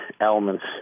elements